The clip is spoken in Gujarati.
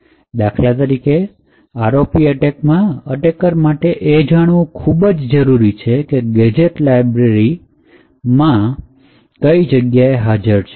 દાખલા તરીકે ROP અટેકમાં અટેકર માટે એ જાણવું ખૂબ જરૂરી છે કે ગેજેટ libc લાઇબ્રેરીમાં કઈ જગ્યાએ હાજર છે